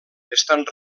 estan